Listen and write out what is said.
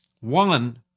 One